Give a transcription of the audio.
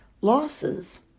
losses